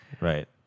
Right